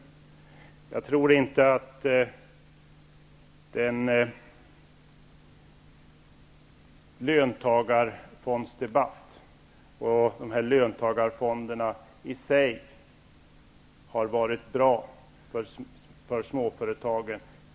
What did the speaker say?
Jag tror inte att löntagarfondsdebatten, och löntagarfonderna i sig, har varit bra för småföretagen.